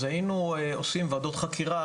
אז היינו עושים ועדות חקירה,